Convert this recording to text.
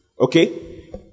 Okay